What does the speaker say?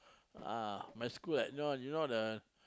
ah my school at you know you know the